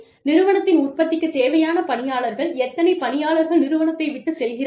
நிறுவனத்தின் உற்பத்திக்குத் தேவையான பணியாளர்கள் எத்தனை பணியாளர்கள் நிறுவனத்தை விட்டுச் செல்கிறார்கள்